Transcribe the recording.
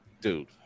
dude